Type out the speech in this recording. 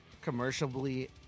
commercially